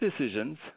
decisions